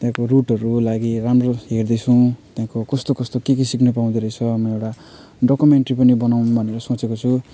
त्यहाँको रुटहरू लागि राम्रो हेर्दैछौँ त्यहाँको कस्तो कस्तो के के सिक्नु पाउँदो रहेछ म एउटा डकुमेन्ट्री पनि बनाउनु भनेर सोचेको छु